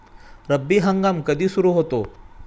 रब्बी हंगाम कधी सुरू होतो?